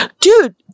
Dude